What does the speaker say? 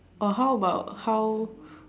or how about how